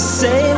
say